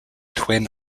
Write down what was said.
twin